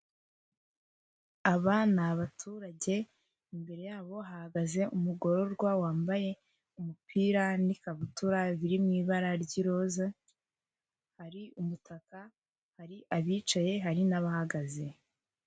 Aba ni abaturage, imbere yabo hahagaze umugororwa wambaye umupira n'ikabutura biri mu ibara ry'iroza, hari umutaka, hari abicaye hari n'abahagaze.